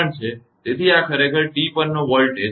તેથી આ ખરેખર t પરનો વોલ્ટેજ 5